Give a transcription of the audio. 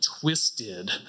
twisted